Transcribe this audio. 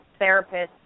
therapists